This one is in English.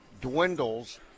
dwindles